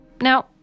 Now